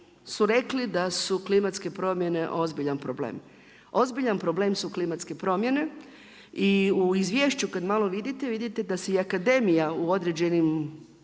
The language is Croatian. su rekli da su klimatske promjene ozbiljan problem, ozbiljan problem su klimatske promjene. I u izvješću kad malo vidite, vidite da se i akademija u određenim